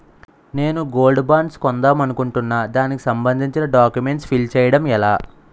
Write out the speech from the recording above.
నేను gold bonds కొందాం అనుకుంటున్నా దానికి సంబందించిన డాక్యుమెంట్స్ ఫిల్ చేయడం ఎలా?